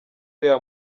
uriya